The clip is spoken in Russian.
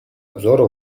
обзора